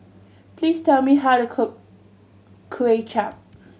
please tell me how to cook Kway Chap